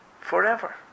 forever